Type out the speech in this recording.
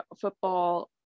football